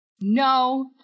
No